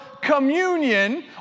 communion